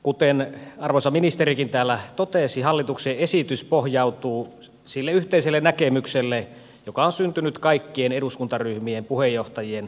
kuten arvoisa ministerikin täällä totesi hallituksen esitys pohjautuu sille yhteiselle näkemykselle joka on syntynyt kaikkien eduskuntaryhmien puheenjohtajien neuvottelun tuloksena